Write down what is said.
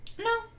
No